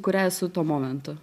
kuria esu tuo momentu